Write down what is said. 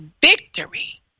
victory